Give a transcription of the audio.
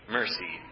mercy